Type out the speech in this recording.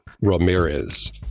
Ramirez